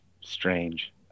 strange